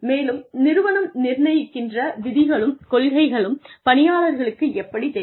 மேலும் நிறுவனம் நிர்ணயிக்கின்ற விதிகளும் கொள்கைகளும் பணியாளர்களுக்கு எப்படித் தெரியும்